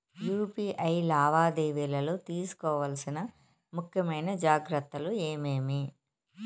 UPI లావాదేవీలలో తీసుకోవాల్సిన ముఖ్యమైన జాగ్రత్తలు ఏమేమీ?